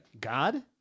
god